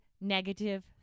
negative